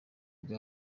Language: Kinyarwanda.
nibwo